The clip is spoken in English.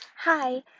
Hi